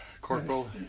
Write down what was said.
corporal